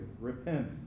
repent